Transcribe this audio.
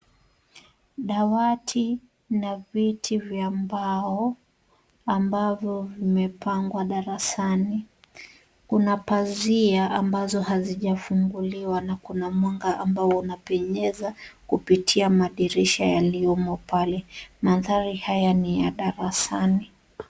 Dawati na viti vya mbao ambavyo vimepangwa darasani. Kuna pazia ambazo hazijafunguliwa na kuna mwanga ambao unapenyeza kupitia madirisha yaliyomo pale. Mandhari haya ni ya darasani.